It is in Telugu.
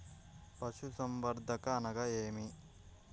పశుసంవర్ధకం అనగా ఏమి?